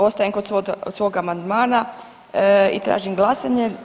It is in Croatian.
Ostajem kod svog amandmana i tražim glasanje.